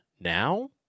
now